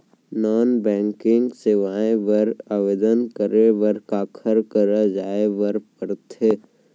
non banking सेवाएं बर आवेदन करे बर काखर करा जाए बर परथे